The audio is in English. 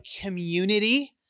community